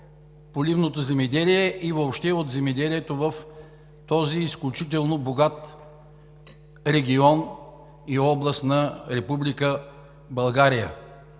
поливното земеделието и въобще от земеделието в този изключително богат регион и област на Република България,